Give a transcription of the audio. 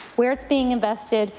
where it's being invested,